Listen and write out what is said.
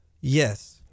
yes